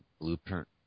blueprint